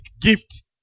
gift